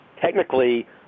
technically